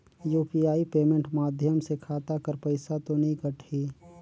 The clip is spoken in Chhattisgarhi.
यू.पी.आई पेमेंट माध्यम से खाता कर पइसा तो नी कटही?